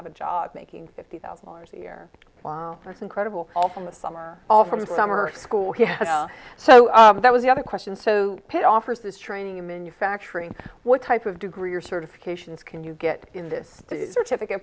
have a job making fifty thousand dollars a year wow that's incredible all from the summer all from summer school here so that was the other question so pay offers is training in manufacturing what type of degree are certifications can you get in this the certificate